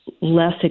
less